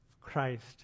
Christ